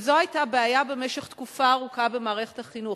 וזו היתה הבעיה במשך תקופה במערכת החינוך,